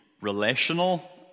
relational